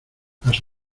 las